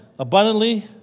abundantly